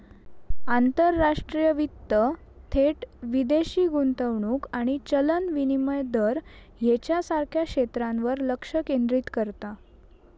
आंतरराष्ट्रीय वित्त थेट विदेशी गुंतवणूक आणि चलन विनिमय दर ह्येच्यासारख्या क्षेत्रांवर लक्ष केंद्रित करता